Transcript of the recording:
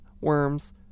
worms